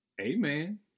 Amen